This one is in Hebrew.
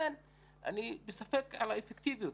אני בספק בנוגע לאפקטיביות.